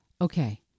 Okay